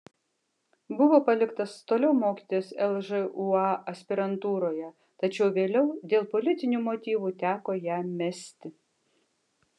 buvo paliktas toliau mokytis lžūa aspirantūroje tačiau vėliau dėl politinių motyvų teko ją mesti